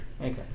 Okay